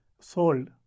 sold